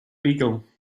beagle